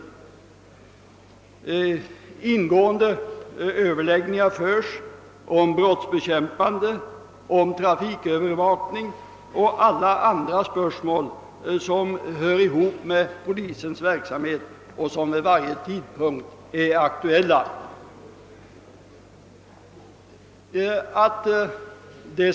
Det förs ingående överläggningar om brottsbekämpning, trafikövervakning och andra frågor som hör ihop med polisens verksamhet och som är aktuella vid varje tidpunkt.